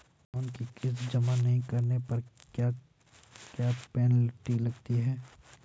Loan की किश्त जमा नहीं कराने पर क्या पेनल्टी लगती है?